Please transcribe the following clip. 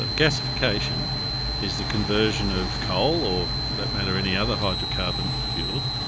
ah gasification is the conversion of coal or, for that matter, any other hydrocarbon fuel,